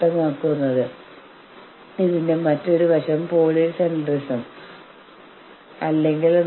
അപ്പോൾ ഉദാഹരണത്തിന് നിങ്ങൾ പറയുന്നു ഞങ്ങൾക്ക് താങ്ങാനാവുന്ന ഭവനം വേണം